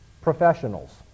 professionals